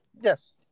Yes